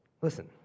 listen